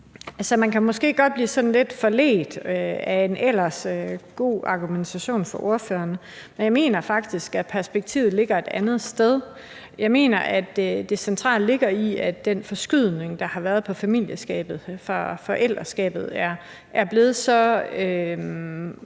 Man kan måske godt blive sådan lidt forledt af en ellers god argumentation fra ordføreren. Men jeg mener faktisk, at perspektivet ligger et andet sted. Jeg mener, at det centrale ligger i, at den forskydning, der har været i familieskabet, fra forældreskabet, som er blevet sat så markant